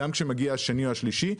גם כשמגיע השני או השלישי,